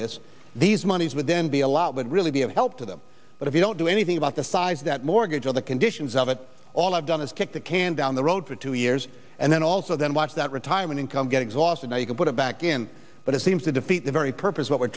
this these monies with them be a lot would really be of help to them but if you don't do anything about the size that mortgage all the conditions of it all i've done is kick the can down the road for two years and then also then watch that retirement income get exhausted now you can put it back but it seems to defeat the very purpose what we're